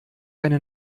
eine